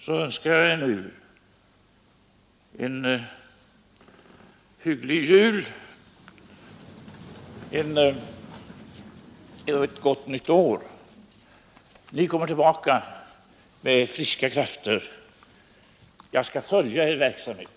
Jag önskar er nu en hygglig jul och ett gott nytt år. Ni kommer tillbaka med friska krafter. Jag skall följa er verksamhet.